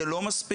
זה לא מספיק.